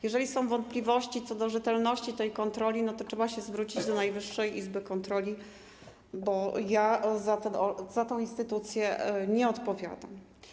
Jeżeli więc są wątpliwości co do rzetelności tej kontroli, to trzeba się zwrócić do Najwyższej Izby Kontroli, bo ja za tę instytucję nie odpowiadam.